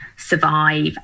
survive